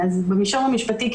במישור המשפטי,